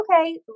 Okay